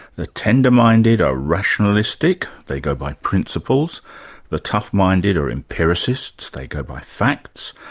the tender-minded are rationalistic, they go by principles the tough-minded are empiricists, they go by facts.